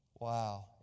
Wow